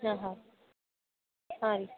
ಹಾಂ ಹಾಂ ಹಾಂ ರೀ